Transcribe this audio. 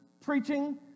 preaching